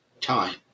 time